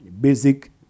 basic